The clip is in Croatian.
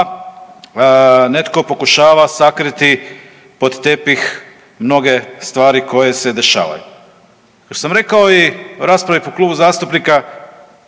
netko pokušava sakriti pod tepih mnoge stvari koje se dešavaju. Još sam rekao i u raspravi po klubu zastupnika